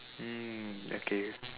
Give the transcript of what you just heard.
mm okay